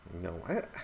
No